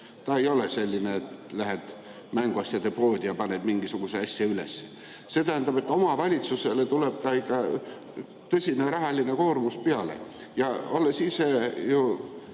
Ta ei ole selline, et lähed mänguasjade poodi ja paned mingisuguse asja üles. See tähendab, et omavalitsusele tuleb tõsine rahaline koormus. Olles ise vana